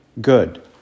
good